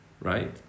right